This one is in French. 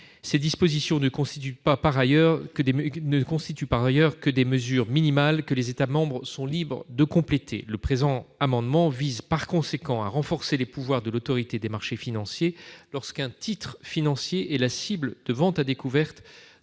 Ces dispositions ne constituent par ailleurs que des mesures minimales que les États membres sont libres de compléter. Le présent amendement vise par conséquent à renforcer les pouvoirs de l'Autorité des marchés financiers, l'AMF, lorsqu'un titre financier est la cible de ventes à découvert